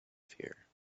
fear